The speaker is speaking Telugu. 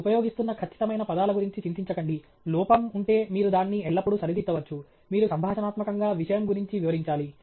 మీరు ఉపయోగిస్తున్న ఖచ్చితమైన పదాల గురించి చింతించకండి లోపం ఉంటే మీరు దాన్ని ఎల్లప్పుడూ సరిదిద్దవచ్చు మీరు సంభాషణాత్మకంగా విషయం గురించి వివరించాలి